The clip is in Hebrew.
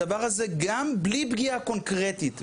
הדבר הזה גם בלי פגיעה קונקרטית,